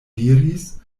diris